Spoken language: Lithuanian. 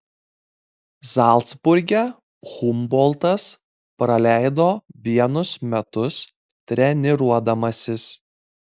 zalcburge humboltas praleido vienus metus treniruodamasis